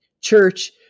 Church